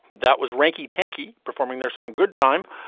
that was ranking tinky performing their song goodtime.